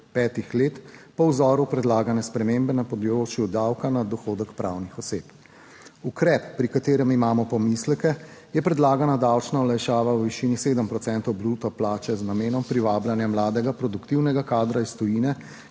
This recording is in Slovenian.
petih let po vzoru predlagane spremembe na področju davka na dohodek pravnih oseb. Ukrep pri katerem imamo pomisleke, je predlagana davčna olajšava v višini 7 procentov bruto plače z namenom privabljanja mladega produktivnega kadra iz tujine,